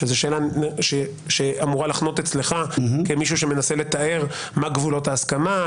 שזו שאלה שאמורה לחנות אצלך כמי שמנסה לתאר מה גבולות ההסכמה,